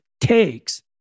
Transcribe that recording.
takes